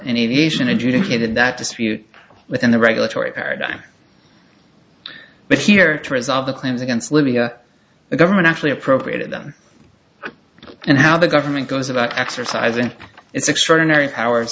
in aviation adjudicated that dispute within the regulatory paradigm but here to resolve the claims against libya the government actually appropriated them and how the government goes about exercising its extraordinary powers